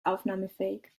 aufnahmefähig